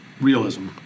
realism